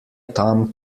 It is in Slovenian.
tam